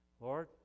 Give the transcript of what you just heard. Lord